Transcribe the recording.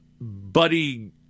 Buddy